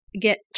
get